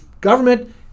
Government